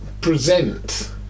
present